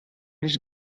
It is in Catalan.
les